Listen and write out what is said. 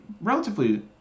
relatively